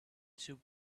too